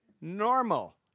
normal